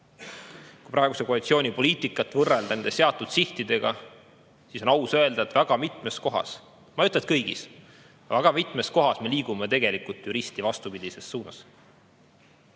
Kui praeguse koalitsiooni poliitikat võrrelda nende seatud sihtidega, siis on aus öelda, et väga mitmes kohas – ma ei ütle, et kõigis, aga mitmes kohas – me liigume tegelikult risti vastupidises suunas.